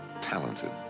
talented